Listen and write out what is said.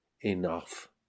enough